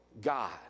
God